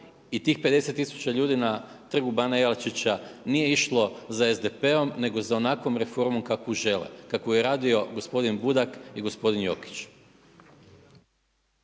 i tih 50 tisuća ljudi na Trgu bana Jelačića nije išlo za SDP-om nego za onakvom reformom kakvu žele, kakvu je radio gospodin Budak i gospodin Jokić.